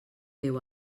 déu